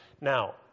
Now